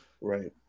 Right